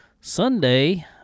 Sunday